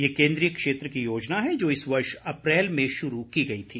यह केंद्रीय क्षेत्र की योजना है जो इस वर्ष अप्रैल में शुरू की गई थी